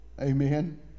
amen